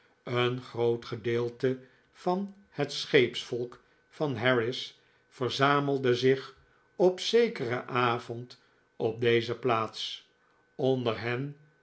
een groot gedeelte van het scheepsvolk van harris verzamelde zich op zekeren avond op deze plaats onder hen